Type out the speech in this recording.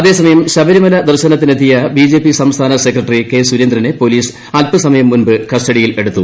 അതേസമയം ശബരിമല ദർശനത്തിനെത്തിയ B J P സംസ്ഥാന സെക്രട്ടറി കെ സുരേന്ദ്രനെ പോലീസ് അൽപസ്സമയം മൂമ്പ് കസ്റ്റഡിയിൽ എടുത്തു